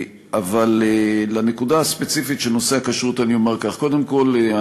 אבל לנקודה הספציפית של נושא הכשרות אני אומר כך: קודם כול,